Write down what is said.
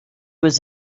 was